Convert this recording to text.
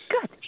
Good